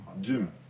Gym